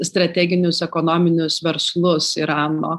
strateginius ekonominius verslus irano